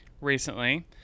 recently